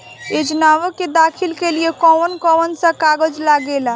योजनाओ के दाखिले के लिए कौउन कौउन सा कागज लगेला?